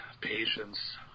patience